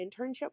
internship